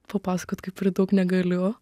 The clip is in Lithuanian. papasakot kaip ir daug negaliu